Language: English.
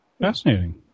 Fascinating